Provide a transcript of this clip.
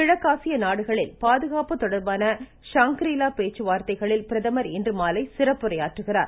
கிழக்கு ஆசியா நாடுகளில் பாதுகாப்பு தொடா்பான ஷாங்கிரிலா பேச்சு வார்த்தைகளில் பிரதமர் இன்று மாலை சிறப்புரையாற்றுகிறார்